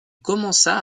commença